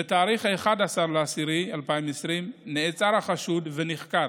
ב-11 באוקטובר 2020 נעצר החשוד ונחקר,